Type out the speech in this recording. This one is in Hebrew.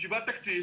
ישיבת תקציב,